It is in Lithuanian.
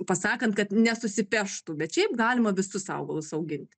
pasakant kad nesusipeštų bet šiaip galima visus augalus auginti